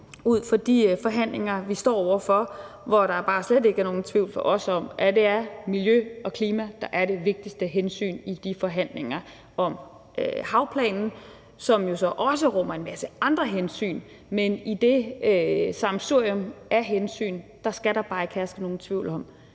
ud for de forhandlinger, vi står over for. Der er bare slet ikke nogen tvivl hos os om, at det er miljø og klima, der er det vigtigste hensyn i de forhandlinger om havplanen, som jo så også rummer en masse andre hensyn. Men i det sammensurium af hensyn skal der bare ikke herske nogen tvivl om,